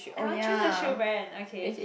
I want choose a shoe brand okay